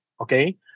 okay